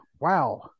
wow